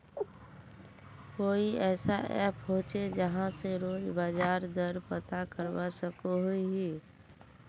कोई ऐसा ऐप होचे जहा से रोज बाजार दर पता करवा सकोहो ही?